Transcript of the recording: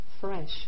fresh